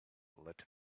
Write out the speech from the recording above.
let